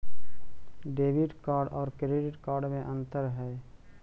Debit card और credit card में अन्तर है?